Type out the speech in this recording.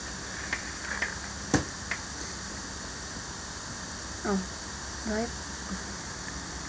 oh what